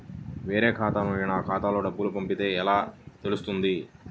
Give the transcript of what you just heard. వేరే ఖాతా నుండి నా ఖాతాలో డబ్బులు పడితే ఎలా తెలుస్తుంది?